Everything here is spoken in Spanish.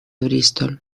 bristol